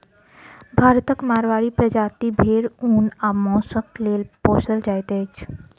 भारतक माड़वाड़ी प्रजातिक भेंड़ ऊन आ मौंसक लेल पोसल जाइत अछि